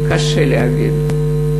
קשה להבין.